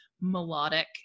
melodic